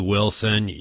Wilson